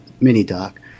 mini-doc